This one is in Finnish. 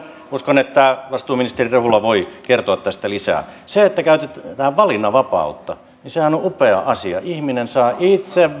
uskon että vastuuministeri rehula voi kertoa tästä lisää ja sehän että käytetään tähän valinnanvapautta on upea asia ihminen saa itse